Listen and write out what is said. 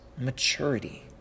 maturity